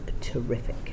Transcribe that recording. terrific